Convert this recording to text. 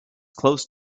close